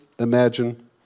Imagine